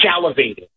salivating